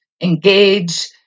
engage